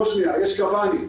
יש קב"נים,